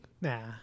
Nah